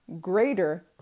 greater